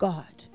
God